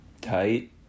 Tight